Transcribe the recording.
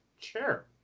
chair